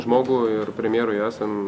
žmogų ir premjerui esam